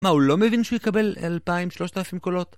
מה, הוא לא מבין שהוא יקבל 2,000-3,000 קולות?